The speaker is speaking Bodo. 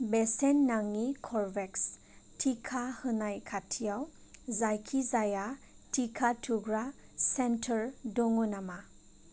बेसेन नाङि कर्वेभेक्स टिका होनाय खाथियाव जायखिजाया टिका थुग्रा सेन्टार दङ नामा